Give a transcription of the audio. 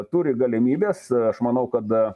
turi galimybes aš manau kad